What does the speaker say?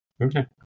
Okay